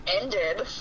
ended